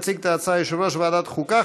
יציג את ההצעה יושב-ראש ועדת החוקה,